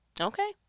Okay